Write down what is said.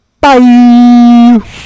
Bye